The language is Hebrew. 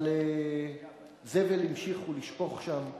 אבל זבל המשיכו לשפוך שם,